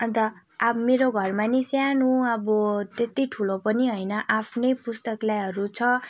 अन्त अब मेरो घरमा पनि सानो अब त्यति ठुलो पनि होइन आफ्नै पुस्तकालयहरू छ